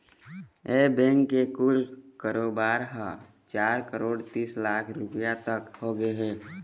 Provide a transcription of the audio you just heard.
ए bank के कुल कारोबार ह चार करोड़ तीस लाख रूपिया तक होगे हे